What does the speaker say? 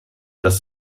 dass